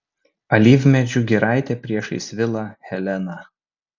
alyvmedžių giraitė priešais vilą helena